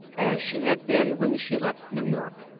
as she had been when she left new york.